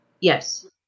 yes